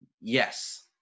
Yes